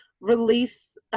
release